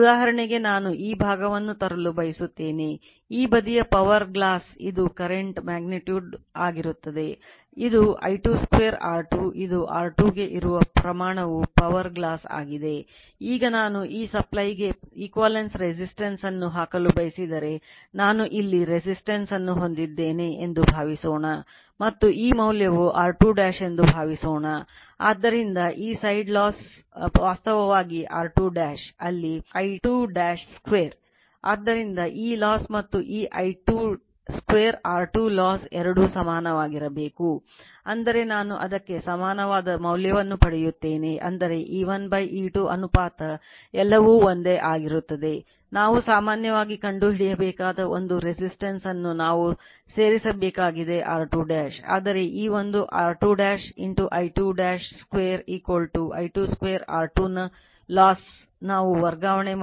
ಉದಾಹರಣೆಗೆ ನಾನು ಈ ಭಾಗವನ್ನು ತರಲು ಬಯಸುತ್ತೇನೆ ಈ ಬದಿಯ power glass ವು ವಾಸ್ತವವಾಗಿ ಅದು R2 ಅಲ್ಲಿ I2 2